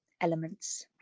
elements